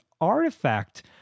artifact